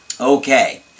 Okay